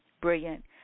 brilliant